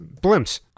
blimps